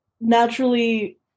naturally